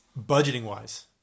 Budgeting-wise